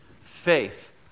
Faith